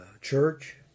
church